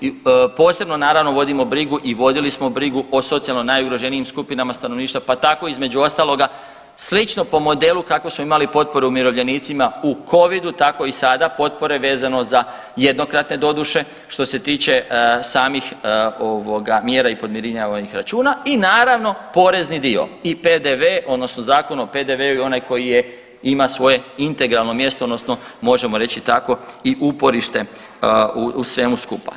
I posebno naravno vodimo brigu i vodili smo brigu o socijalno najugroženijim skupinama stanovništva, pa tako između ostaloga slično po modelu kako su imali potporu umirovljenicima u Covidu tako i sada potpore vezano za, jednokratne doduše što se tiče samih ovoga mjera i podmiravanja računa i naravno porezni dio i PDV odnosno Zakon o PDV-u i onaj koji je, ima svoje integralno mjesto odnosno možemo reći tako i uporište u svemu skupa.